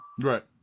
Right